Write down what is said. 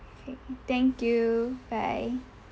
K thank you bye